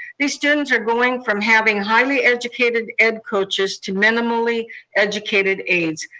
these students are going from having highly educated ed coaches to minimally educated aids.